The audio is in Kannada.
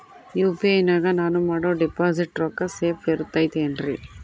ಯು.ಪಿ.ಐ ನಾಗ ನಾನು ಮಾಡೋ ಡಿಪಾಸಿಟ್ ರೊಕ್ಕ ಸೇಫ್ ಇರುತೈತೇನ್ರಿ?